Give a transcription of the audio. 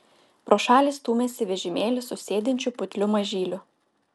pro šalį stūmėsi vežimėlį su sėdinčiu putliu mažyliu